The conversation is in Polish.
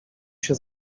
się